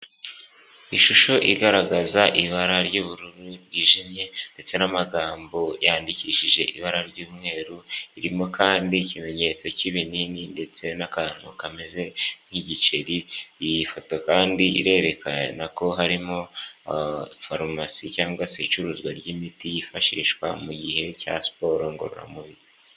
Ishusho igaragaza ibara ry'ubururu ryijimye ndetse n'amagambo yandikishije ibara ry'umweru, irimo kandi ikimenyetso cy'ibinini ndetse n'akantu kameze nk'igiceri. Iyi foto kandi irerekana ko harimo abafarumasi cyangwa se icuruzwa ry'imiti yifashishwa mu gihe cya siporo ngororamubiri.